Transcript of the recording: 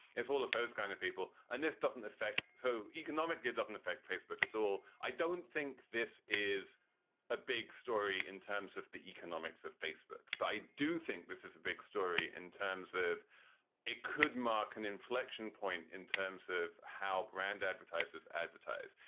it's all of those kind of people. and this doesn't affect so economically, it doesn't affect facebook at all. i don't think this is a big story in terms of the economics of facebook, but i do think this is a big story in terms of it could mark an inflection point in terms of how brand advertisers advertise.